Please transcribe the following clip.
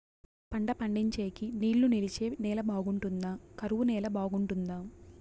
పంట పండించేకి నీళ్లు నిలిచే నేల బాగుంటుందా? కరువు నేల బాగుంటుందా?